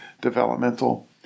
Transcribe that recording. developmental